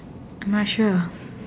I'm not sure